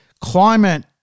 climate